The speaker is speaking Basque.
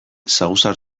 saguzar